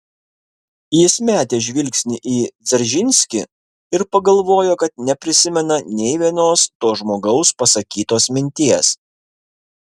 jis metė žvilgsnį į dzeržinskį ir pagalvojo kad neprisimena nė vienos to žmogaus pasakytos minties